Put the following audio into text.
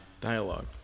dialogue